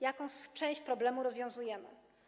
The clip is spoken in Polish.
Jaką część problemu rozwiązujemy?